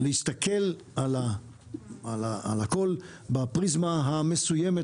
להסתכל על הכול בפריזמה המסוימת,